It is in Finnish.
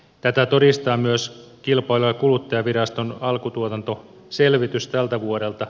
tätä todistaa myös kilpailu ja kuluttajaviraston alkutuotantoselvitys tältä vuodelta